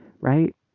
Right